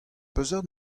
peseurt